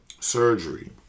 Surgery